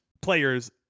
players